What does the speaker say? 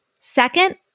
Second